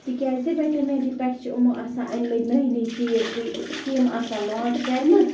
تِکیٛازِ ویٚٹَنٔری پٮ۪ٹھ چھِ یِمو آسان أنمٕتۍ نٔے نٔے تیٖر